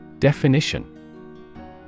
Definition